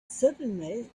suddenly